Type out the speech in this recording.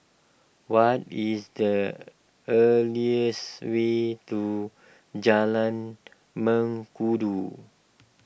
what is the earliest way to Jalan Mengkudu